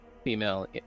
female